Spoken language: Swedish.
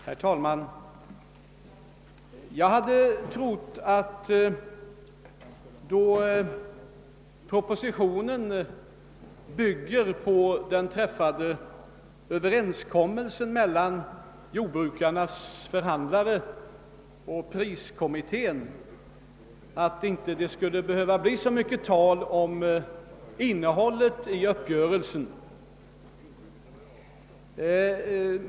Herr talman! Jag hade trott att, eftersom propositionen bygger på den träffade överenskommelsen mellan jordbrukarnas förhandlare och priskommittén, skulle det inte behöva bli så mycket tal om innehållet i uppgörelsen.